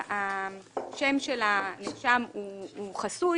שם הנאשם חסוי.